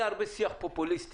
היה הרבה שיח פופוליסטי.